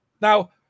Now